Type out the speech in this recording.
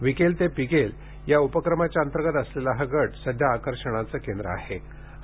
विकेल ते पिकेल या उपक्रमांतर्गत असलेला हा गट सध्या आकर्षणाचं केंद्र ठरतोय